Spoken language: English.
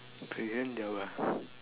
okay then they're what